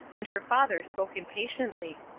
and her father spoke impatiently.